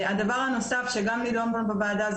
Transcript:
הדבר הנוסף שגם נידון כאן בוועדה זה